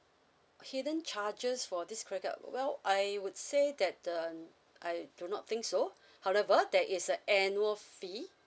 hidden charges for this credit card well I would say that uh I do not think so however there is a annual fee